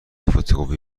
فتوکپی